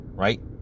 right